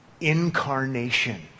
incarnation